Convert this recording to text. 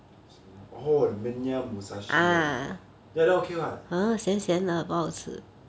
samu~ oh menya musashi ah that one okay [what]